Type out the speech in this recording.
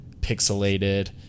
pixelated